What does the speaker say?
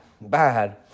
bad